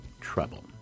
trouble